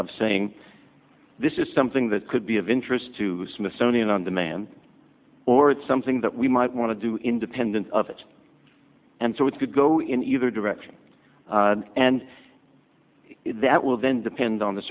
of saying this is something that could be of interest to smithsonian on demand or it's something that we might want to do independent of it and so it could go in either direction and that will then depend on the